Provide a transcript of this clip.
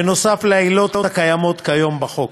בנוסף לעילות הקיימות כיום בחוק,